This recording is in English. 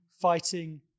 fighting